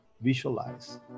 visualize